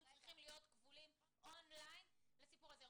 צריכים להיות כבולים און-ליין לסיפור הזה.